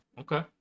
okay